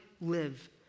live